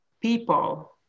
people